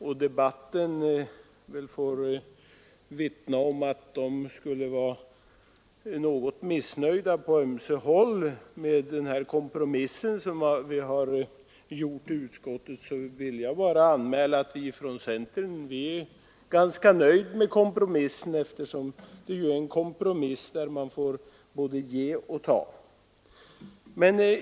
Då debatten väl vittnar om att de på ömse håll är något missnöjda med den kompromiss som utskottet har träffat, vill jag bara anmäla att vi från centern är ganska nöjda med kompromissen. Det är en kompromiss, och då får man både ge och ta.